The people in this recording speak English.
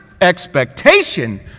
expectation